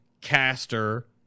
caster